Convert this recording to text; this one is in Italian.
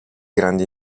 grande